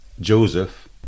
Joseph